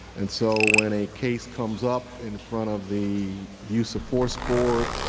and so when a case comes up in front of the use of force board,